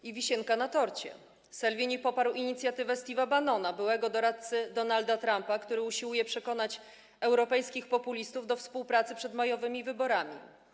I wisienka na torcie: Salvini poparł inicjatywę Steve’a Bannona, byłego doradcy Donalda Trumpa, który usiłuje przekonać europejskich populistów do współpracy przed majowymi wyborami.